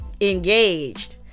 engaged